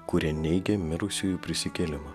kuri neigia mirusiųjų prisikėlimą